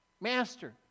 Master